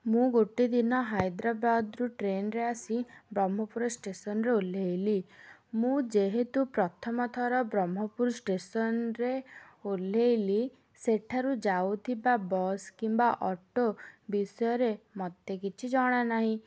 ମୁଁ ଗୋଟେ ଦିନ ହାଇଦ୍ରାବାଦରୁ ଟ୍ରେନରେେ ଆସି ବ୍ରହ୍ମପୁର ଷ୍ଟେସନରେ ଓହ୍ଲେଇଲି ମୁଁ ଯେହେତୁ ପ୍ରଥମ ଥର ବ୍ରହ୍ମପୁର ଷ୍ଟେସନରେ ଓହ୍ଲାଇଲି ସେଠାରୁ ଯାଉଥିବା ବସ୍ କିମ୍ବା ଅଟୋ ବିଷୟରେ ମତେ କିଛି ଜଣା ନାହିଁ